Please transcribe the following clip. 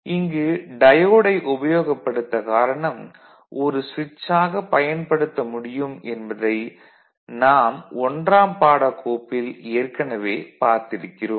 இங்கு டயோடை உபயோகப்படுத்த காரணம் அது சுவிட்சாக பயன்படுத்த முடியும் என்பதை நாம் ஒன்றாம் பாடக் கோப்பில் ஏற்கனவே பார்த்திருக்கிறோம்